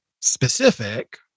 specific